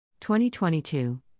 2022